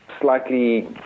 slightly